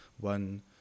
one